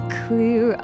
clear